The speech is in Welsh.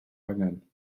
angen